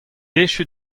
echu